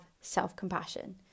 self-compassion